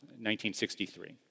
1963